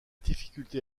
difficulté